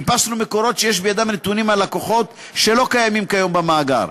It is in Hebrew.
חיפשנו מקורות שיש בידם נתונים על לקוחות שלא קיימים כיום במאגר,